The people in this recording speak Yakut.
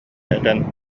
этэн